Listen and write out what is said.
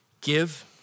give